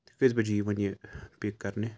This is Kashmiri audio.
تُہۍ کٔژۍ بَجہِ یِیِو وَنہِ یہِ پِک کَرنہِ